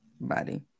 body